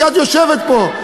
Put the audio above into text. כי את יושבת פה.